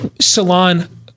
salon